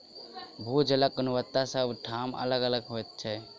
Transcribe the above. भू जलक गुणवत्ता सभ ठाम अलग अलग होइत छै